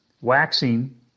Waxing